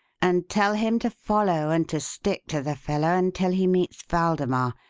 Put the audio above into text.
and tell him to follow and to stick to the fellow until he meets waldemar,